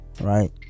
right